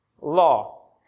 law